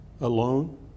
alone